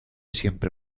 siempre